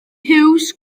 hughes